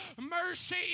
mercy